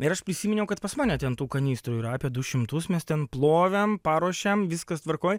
ir aš prisiminiau kad pas mane ten tų kanistrų yra apie du šimtus mes ten plovėm paruošėm viskas tvarkoj